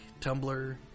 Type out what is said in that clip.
Tumblr